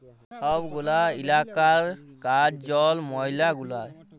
ছব গুলা ইলাকার কাজ জল, ময়লা গুলার